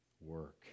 work